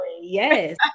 Yes